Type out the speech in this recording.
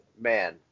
man